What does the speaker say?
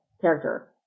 character